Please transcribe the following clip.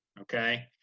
Okay